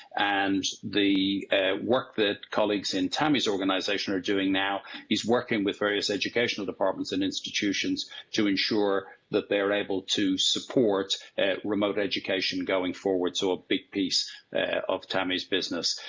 and the work that colleagues in tami's organization are doing now is working with various educational departments and institutions to ensure that they are able to support remote education going forward. so a big piece of tami's business.